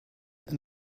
and